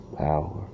power